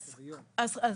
לצערנו.